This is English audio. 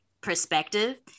perspective